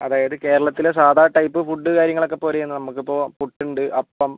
അതായത് കേരളത്തിലെ സാധാരണ ടൈപ്പ് ഫുഡ് കാര്യങ്ങൾ ഒക്കെ പോരേന്ന് നമുക്ക് ഇപ്പം പുട്ട് ഉണ്ട് അപ്പം